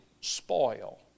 spoil